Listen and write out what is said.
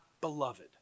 beloved